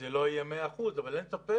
אלה לא יהיו 100 אחוזים אבל אין ספק